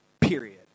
Period